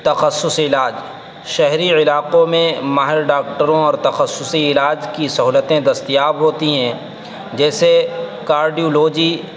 تخصص علاج شہری علاقوں میں ماہر ڈاکٹروں اور تخصصی علاج کی سہولتیں دستیاب ہوتی ہیں جیسے کارڈیولوجی